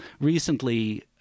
Recently